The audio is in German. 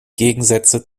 gegensätze